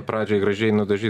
pradžiai gražiai nudažyt